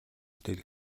бүтээл